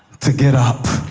to get up?